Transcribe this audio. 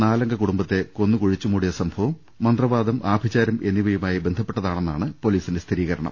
നാലംഗ കുടുംബത്തെ കൊന്നു കുഴിച്ചു മൂടിയ സംഭവം മന്ത്രവാദം ആഭിചാരം എന്നിവയുമായി ബന്ധപ്പെട്ടതാണെന്നാണ് പൊലീസിന്റെ സ്ഥിരീകരണം